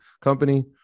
company